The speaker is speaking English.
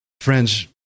Friends